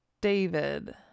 David